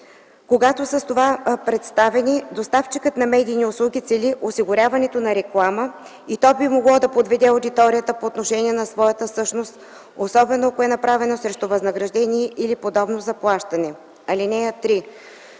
когато с това представяне доставчикът на медийни услуги цели осигуряването на реклама и то би могло да подведе аудиторията по отношение на своята същност, особено ако е направено срещу възнаграждение или подобно заплащане. (3)